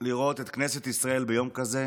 לראות את כנסת ישראל ביום כזה,